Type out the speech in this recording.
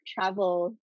travel